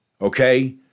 okay